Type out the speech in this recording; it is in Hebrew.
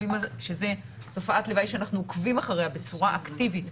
שזו תופעת לוואי שאנחנו עוקבים אחריה בצורה אקטיבית,